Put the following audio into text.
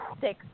six